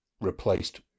replaced